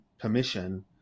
permission